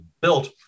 built